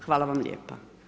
Hvala vam lijepa.